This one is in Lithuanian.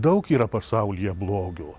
daug yra pasaulyje blogio